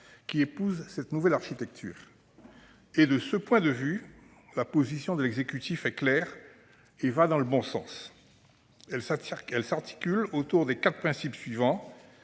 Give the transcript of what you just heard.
qui épouse cette nouvelle architecture. De ce point de vue, la position de l'exécutif est claire et va dans le bon sens. Elle s'articule autour des quatre principes suivants